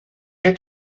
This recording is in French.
est